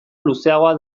luzeagoa